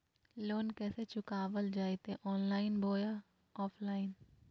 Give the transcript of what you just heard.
Loan कैसे चुकाबल जयते ऑनलाइन बोया ऑफलाइन?